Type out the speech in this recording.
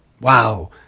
wow